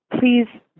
please